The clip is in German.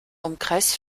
umkreis